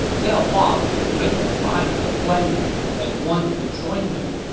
liao hua was a great admirer of guan yu's and wanted to join him,